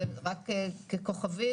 ורק ככוכבית,